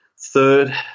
third